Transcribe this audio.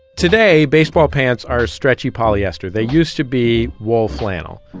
today baseball pants are stretchy polyester, they used to be wool flannel.